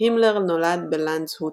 הימלר נולד בלאנדסהוט,